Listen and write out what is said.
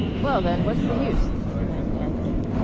well, then what's the use? demanded anthony.